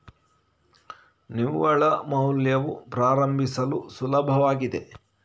ನಿವ್ವಳ ಮೌಲ್ಯವು ಪ್ರಾರಂಭಿಸಲು ಸುಲಭವಾಗಿದೆ